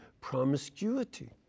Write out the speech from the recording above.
promiscuity